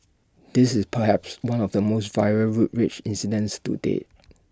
this is perhaps one of the most viral road rage incidents to date